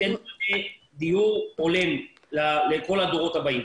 דיור הולם לכל הדורות הבאים.